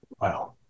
Wow